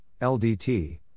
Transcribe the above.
LDT